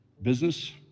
Business